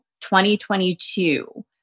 2022